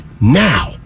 now